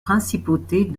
principautés